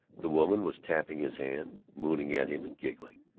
the woman was tapping his hand, mooning at him and giggling.